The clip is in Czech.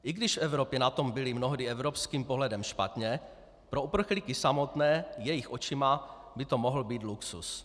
I když v Evropě na tom byli mnohdy evropským pohledem špatně, pro uprchlíky samotné jejich očima by to mohl být luxus.